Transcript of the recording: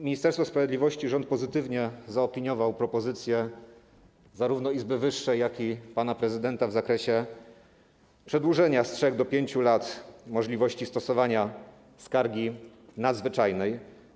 Ministerstwo Sprawiedliwości zaopiniowało, rząd pozytywnie zaopiniował propozycje zarówno izby wyższej, jak i pana prezydenta w zakresie przedłużenia z 3 do 5 lat możliwości stosowania skargi nadzwyczajnej.